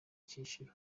cyiciro